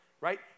right